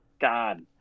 God